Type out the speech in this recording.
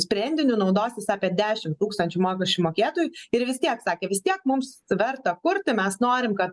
sprendiniu naudosis apie dešimt tūkstančių mokesčių mokėtojų ir vis tiek sakė vis tiek mums verta kurti mes norim kad